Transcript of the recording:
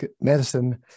medicine